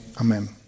Amen